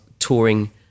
touring